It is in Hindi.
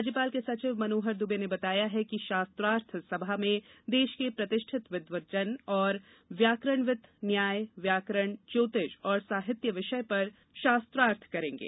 राज्यपाल के सचिव मनोहर दूबे ने बताया है कि शास्त्रार्थ सभा में देश के प्रतिष्ठित विद्वजन और व्याकरणविद् न्याय व्याकरण ज्योतिष और साहित्य विषय पर शास्त्रार्थ करेंगे